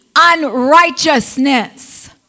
unrighteousness